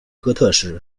哥特式